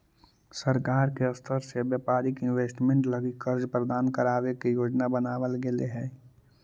सरकार के स्तर से व्यापारिक इन्वेस्टमेंट लगी कर्ज प्रदान करावे के योजना बनावल गेले हई